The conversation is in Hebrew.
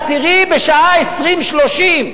בשעה 20:30,